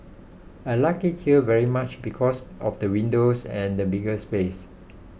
I like it here very much because of the windows and bigger space